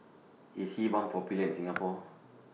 IS Sebamed Popular in Singapore